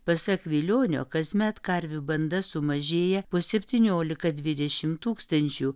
pasak vilionio kasmet karvių banda sumažėja po septyniolika dvidešimt tūkstančių